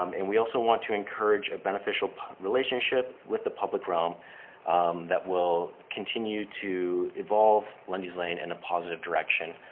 um and we also want to encourage a beneficial relationship with the public realm that will continue to evolve lundy's lane in and a positive direction,